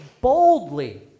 boldly